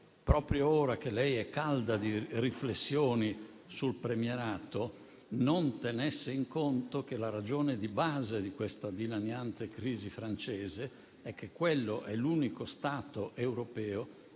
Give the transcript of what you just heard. proprio ora che lei è calda di riflessioni sul premierato, non tenesse in conto che la ragione di base di questa dilaniante crisi francese è che quello è l'unico Stato europeo